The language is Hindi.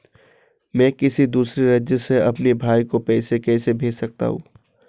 मैं किसी दूसरे राज्य से अपने भाई को पैसे कैसे भेज सकता हूं?